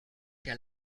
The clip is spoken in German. der